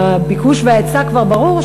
מהביקוש וההיצע כבר ברור,